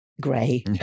gray